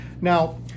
Now